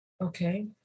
Okay